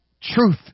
Truth